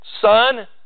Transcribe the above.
son